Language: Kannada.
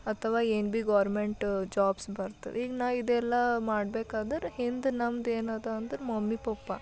ಅಥವಾ ಏನು ಬಿ ಗೌರ್ಮೆಂಟ ಜಾಬ್ಸ್ ಬರ್ತದ ಈಗ ನಾ ಇದೆಲ್ಲ ಮಾಡ್ಬೇಕಾದರೆ ಹಿಂದೆ ನಮ್ದು ಏನದ ಅಂದ್ರೆ ಮಮ್ಮಿ ಪಪ್ಪಾ